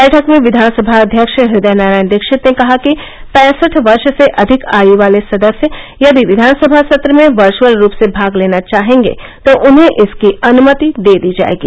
बैठक में विधानसभा अध्यक्ष हृदय नारायण दीक्षित ने कहा कि पैसठ वर्ष से अधिक आयु वाले सदस्य यदि विधानसभा सत्र में वर्चअल रूप से भाग लेना चाहेंगे तो उन्हें इसकी अनुमति दे दी जायेगी